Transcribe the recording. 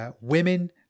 women